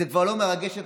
זה כבר לא מרגש אתכם?